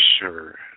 sure